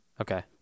Okay